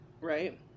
right